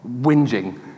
whinging